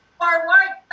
forward